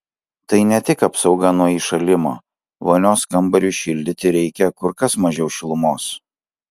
tai ne tik apsauga nuo įšalimo vonios kambariui šildyti reikia kur kas mažiau šilumos